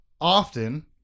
often